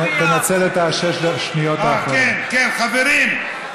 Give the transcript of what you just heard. אנחנו אלטרנטיבה כאן בישראל, אתם חיים על